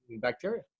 bacteria